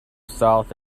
south